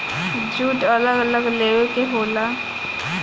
jute अलग अलग लेखा के होला